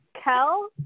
Kel